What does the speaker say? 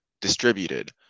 distributed